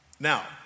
Now